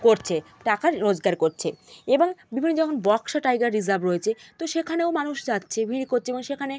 করছে টাকা রোজগার করছে এবং বিভিন্ন যেমন বক্সা টাইগার রিজার্ভ রয়েছে তো সেখানেও মানুষ যাচ্ছে ভিড় করছে এবং সেখানে